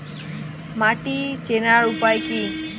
মাটি চেনার উপায় কি?